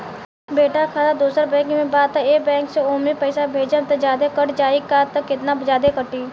बेटा के खाता दोसर बैंक में बा त ए बैंक से ओमे पैसा भेजम त जादे कट जायी का त केतना जादे कटी?